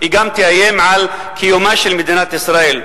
היא תאיים גם על קיומה של מדינת ישראל.